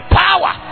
power